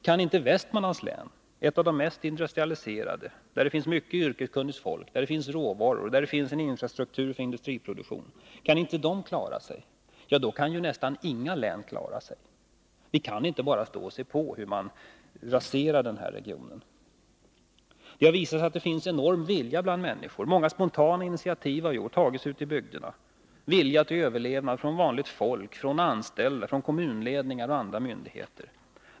Kan inte Västmanlands län, ett av de mest industrialiserade länen — där det finns mycket yrkeskunnigt folk, råvaror och en infrastruktur för industriproduktion — klara sig, då kan nästan inget län klara sig. Vi kan inte bara stå och se på hur man raserar denna region. Det har visat sig att det finns en enorm vilja bland människor. Många spontana initiativ har tagits ute i bygderna. Det har visats en vilja till överlevnad från vanligt folk, från anställda, från kommunledning och andra myndigheter.